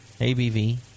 ABV